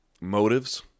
motives